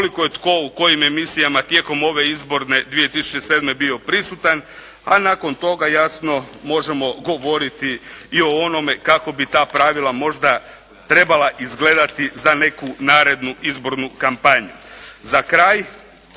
koliko je tko u kojim emisijama tijekom ove izborne 2007. bio prisutan, a nakon toga jasno možemo govoriti i o onome kako bi ta pravila možda trebala izgledati za neku narednu izbornu kampanju. Za kraj,